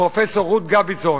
פרופסור רות גביזון.